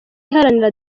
iharanira